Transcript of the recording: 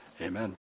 amen